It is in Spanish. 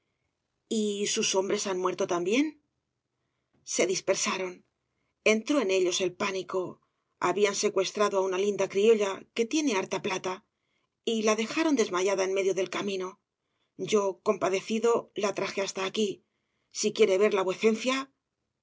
sus hombres han muerto también se dispersaron entró en ellos el pánico habían secuestrado á una linda criolla que tiene harta plata y la dejaron desmayada en medio del camino yo compadecido la traje hasta aquí si quiere verla vuecencia